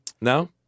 No